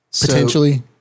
Potentially